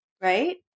right